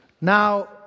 Now